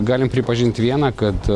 galim pripažint viena kad